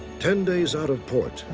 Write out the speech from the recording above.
ten days out of port,